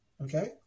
okay